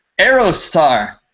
Aerostar